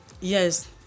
Yes